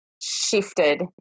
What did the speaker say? shifted